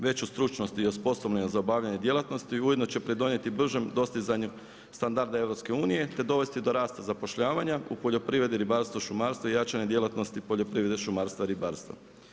Veću stručnost i osposobljavanje za obavljanje djelatnosti, ujedno će pridonijeti bržem dostizanju standardu EU te dovesti do rasta zapošljavanja, u poljoprivredi, ribarstvu, šumarstvu i jačanje djelatnosti poljoprivrede šumarstva i ribarstva.